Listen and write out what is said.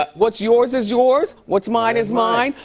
but what's yours is yours, what's mine is mine.